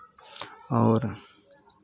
और